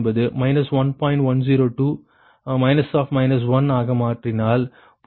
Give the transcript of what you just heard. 102 ஆக மாற்றினால் புள்ளி 0